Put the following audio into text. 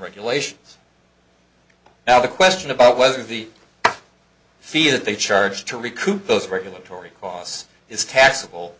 regulations now the question about whether the fee that they charge to recoup those regulatory costs is taxable